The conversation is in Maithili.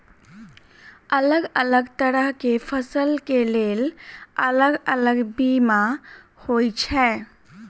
अलग अलग तरह केँ फसल केँ लेल अलग अलग बीमा होइ छै?